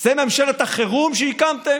זו ממשלת החירום שהקמתם,